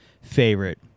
favorite